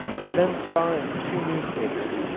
i then saw in two newspapers,